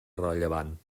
rellevant